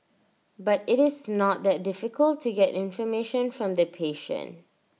but IT is not that difficult to get information from the patient